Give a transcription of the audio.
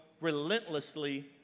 relentlessly